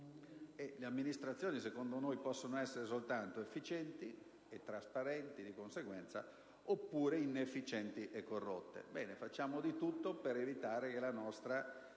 Le amministrazioni, secondo noi, possono essere soltanto efficienti (e trasparenti, di conseguenza), oppure inefficienti e corrotte. Bene, facciamo di tutto per evitare che le nostre